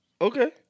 Okay